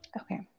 Okay